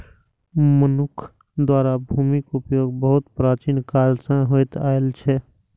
मनुक्ख द्वारा भूमिक उपयोग बहुत प्राचीन काल सं होइत आयल छै